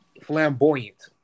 flamboyant